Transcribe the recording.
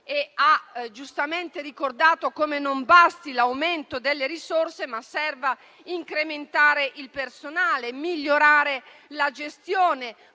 che ha giustamente ricordato come non basti l'aumento delle risorse, ma serva incrementare il personale, migliorare la gestione,